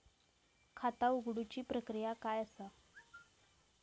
खाता उघडुची प्रक्रिया काय असा?